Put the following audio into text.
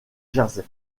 jersey